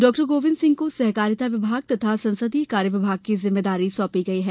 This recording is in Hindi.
डॉ गोविन्द सिंह को सहकारिता विभाग तथा संसदीय कार्य विभाग की जिम्मेदारी सौंपी गई है